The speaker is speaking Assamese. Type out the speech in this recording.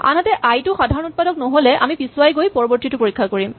আনহাতে আই টো সাধাৰণ উৎপাদক নহ'লে আমি পিছুৱাই গৈ পৰৱৰ্তীটো পৰীক্ষা কৰিম